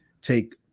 take